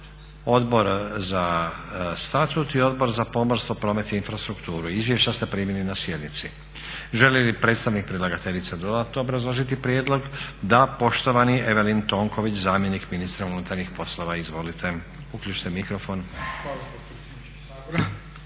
Odbor za statut i Odbor za pomorstvo, promet i infrastrukturu. Izvješća ste primili. Želi li predstavnik predlagateljice dodatno obrazložiti prijedlog? Da. Poštovani Evelin Tonković, zamjenik ministra unutarnjih poslova. **Tonković, Evelin**